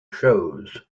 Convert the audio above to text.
shows